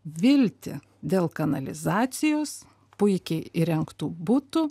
viltį dėl kanalizacijos puikiai įrengtų butų